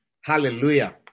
Hallelujah